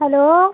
hello